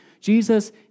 Jesus